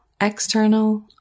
external